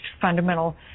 fundamental